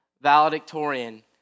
Valedictorian